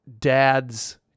dad's